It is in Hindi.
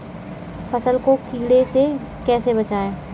फसल को कीड़े से कैसे बचाएँ?